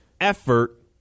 effort